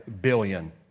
billion